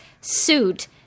suit